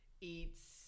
eats